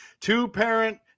two-parent